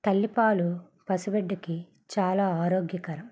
తల్లిపాలు పసిబిడ్డకి చాలా ఆరోగ్యకరం